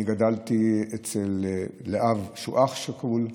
אני גדלתי לאב שהוא אח שכול.